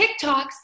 TikToks